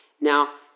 Now